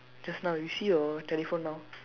just now you see your telephone now